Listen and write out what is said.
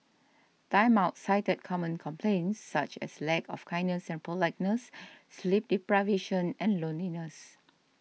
Time Out cited common complaints such as lack of kindness and politeness sleep deprivation and loneliness